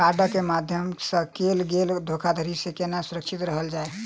कार्डक माध्यम सँ कैल गेल धोखाधड़ी सँ केना सुरक्षित रहल जाए?